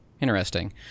Interesting